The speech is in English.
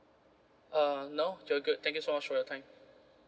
err no you're good thank you so much for your time